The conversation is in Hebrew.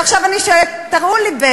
עכשיו אני שואלת: תראו לי,